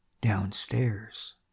downstairs